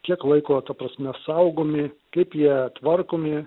kiek laiko ta prasme saugomi kaip jie tvarkomi